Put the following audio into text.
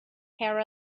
hair